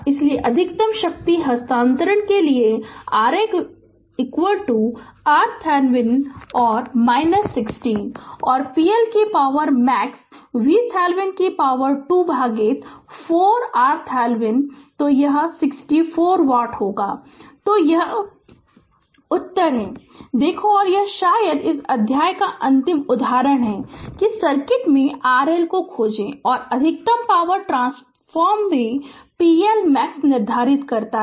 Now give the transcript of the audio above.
इसलिए अधिकतम शक्ति हस्तांतरण के लिए RL RThevenin 16 और pLmax VThevenin 2 भागित 4 RThevenin तो 64 वाट Refer Slide Time 2315 तो यह उत्तर है तो देखो और यह शायद इस अध्याय का अंतिम उदाहरण है कि सर्किट में RL खोजें और अधिकतम पावर ट्रांसफर भी pLmax निर्धारित करता है